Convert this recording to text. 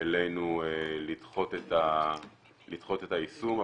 אלינו לדחות את היישום,